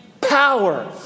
power